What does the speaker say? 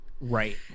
Right